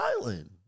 island